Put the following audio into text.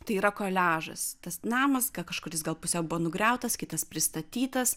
tai yra koliažas tas namas ten kažkuris gal pusė buvo nugriautas kitas pristatytas